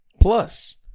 Plus